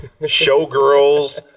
Showgirls